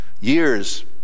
Years